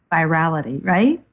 virility, right?